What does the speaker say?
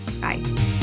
Bye